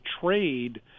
trade